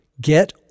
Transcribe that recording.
Get